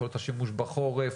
בחורף,